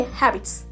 habits